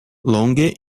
longe